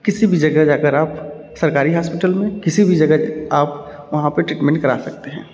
किसी भी जगह जाकर आप सरकारी हॉस्पिटल में किसी भी जगह आप वहाँ पे ट्रीटमेंट करा सकते हैं